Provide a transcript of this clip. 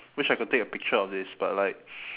wish I could take a picture of this but like